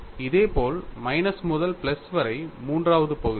இதேபோல் மைனஸ் முதல் பிளஸ் வரை மூன்றாவது பகுதிக்கும்